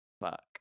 Fuck